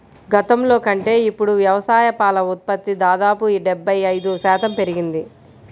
గతంలో కంటే ఇప్పుడు వ్యవసాయ పాల ఉత్పత్తి దాదాపు డెబ్బై ఐదు శాతం పెరిగింది